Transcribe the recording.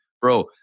bro